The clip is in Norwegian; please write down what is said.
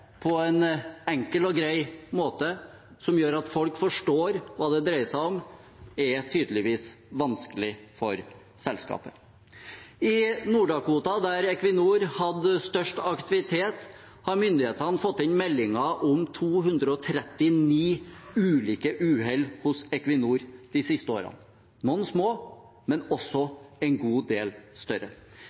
på en enkel og grei måte som gjør at folk forstår hva det dreier seg om, er tydeligvis vanskelig for selskapet. I Nord-Dakota, der Equinor hadde størst aktivitet, har myndighetene fått inn meldinger om 239 ulike uhell hos Equinor de siste årene – noen små, men også en god del større.